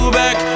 back